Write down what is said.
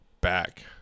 Back